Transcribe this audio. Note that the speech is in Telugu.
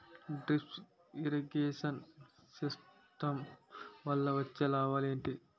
డ్రిప్ ఇరిగేషన్ సిస్టమ్ వల్ల వచ్చే లాభాలు ఏంటి?